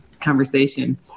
Conversation